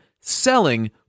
selling